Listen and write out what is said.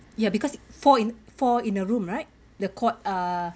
ya because four in four in a room right the court ah